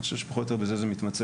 אני חושב שפחות או יותר בזה זה מתמצה,